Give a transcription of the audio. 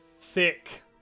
thick